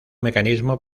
mecanismo